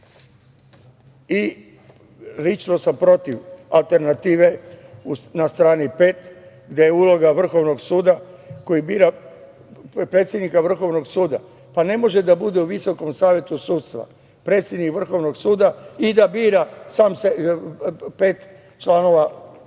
sam protiv alternative na strani 5., gde je uloga Vrhovnog suda, koji bira predsednika Vrhovnog suda. Pa, ne može da bude u Visokom savetu sudstva predsednik Vrhovnog suda i da bira sam pet članova, ukoliko zapne